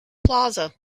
plaza